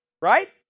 right